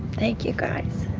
thank you, guys.